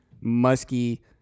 musky